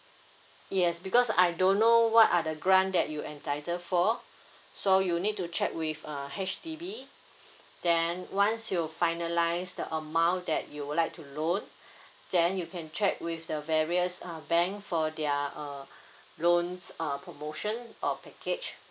yes because I don't know what are the grant that you entitle for so you need to check with uh H_D_B then once you finalise the amount that you would like to loan then you can check with the various uh bank for their uh loans uh promotion or package